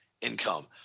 income